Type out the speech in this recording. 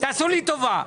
תעשו לי טובה.